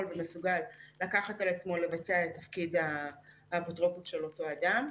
ומסוגל לקחת על עצמו לבצע את תפקיד האפוטרופוס של אותו אדם.